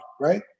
right